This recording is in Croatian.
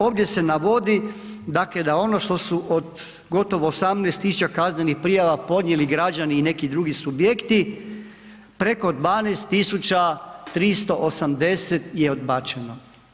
Ovdje se navodi dakle da ono što su od gotovo 18.000 kaznenih prijava podnijeli građani i neki drugi subjekti, preko 12.380 je odbačeno.